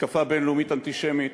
מתקפה בין-לאומית אנטישמית,